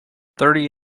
thirty